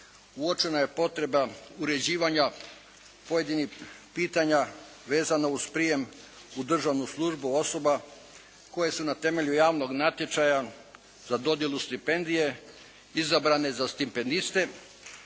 uočena je potreba uređivanja pojedinih pitanja vezano uz prijem u državnu službu osoba koje su na temelju javnog natječaja za dodjelu stipendije izabrane za stipendiste.